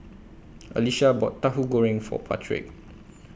Alicia bought Tahu Goreng For Patrick